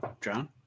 John